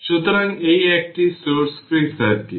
সুতরাং এটি একটি সোর্স ফ্রি সার্কিট